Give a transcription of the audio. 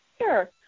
Sure